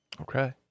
Okay